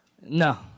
No